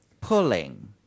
pulling